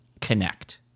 connect